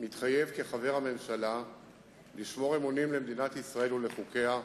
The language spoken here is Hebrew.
מתחייב כחבר הממשלה לשמור אמונים למדינת ישראל ולחוקיה,